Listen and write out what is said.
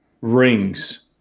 Rings